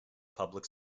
public